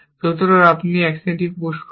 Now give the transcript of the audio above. সুতরাং আপনি একটি অ্যাকশন পুশ করেন